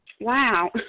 wow